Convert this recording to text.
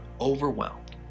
overwhelmed